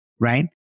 right